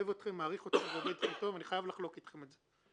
מעט, להרחיב את היריעה ממה שיש לנו.